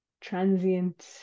transient